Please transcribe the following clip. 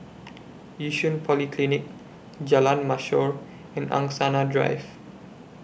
Yishun Polyclinic Jalan Mashhor and Angsana Drive